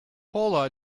paula